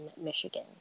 Michigan